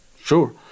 Sure